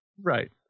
Right